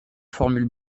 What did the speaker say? formule